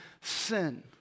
sin